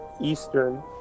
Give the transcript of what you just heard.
eastern